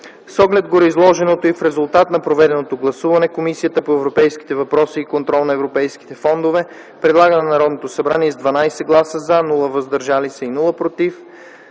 С оглед на гореизложеното и в резултат на проведеното гласуване Комисията по европейските въпроси и контрол на европейските фондове предлага на Народното събрание (с 12 гласа „за”, без „против”